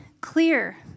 clear